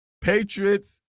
Patriots